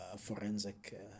forensic